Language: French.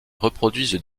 reproduisent